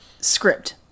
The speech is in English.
script